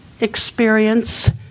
experience